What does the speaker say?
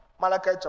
Malachi